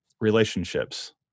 relationships